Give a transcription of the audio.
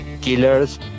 killers